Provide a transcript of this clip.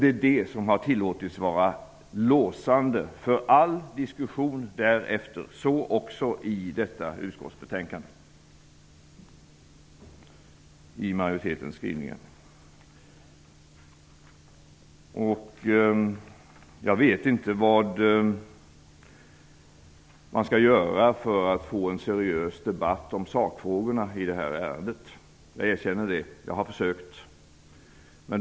Det är det som har tillåtits vara låsande för all diskussion därefter, så också i majoritetens skrivning i detta utskottsbetänkande. Jag vet inte vad man skall göra för att få en seriös debatt om sakfrågorna i det här ärendet - jag erkänner det; jag har försökt.